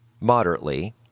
moderately